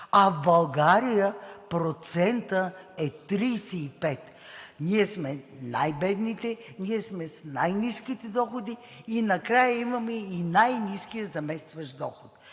А в България процентът е 35. Ние сме най-бедните, ние сме с най-ниските доходи и накрая имаме и най-ниския заместващ доход.